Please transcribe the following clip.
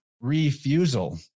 refusal